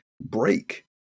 break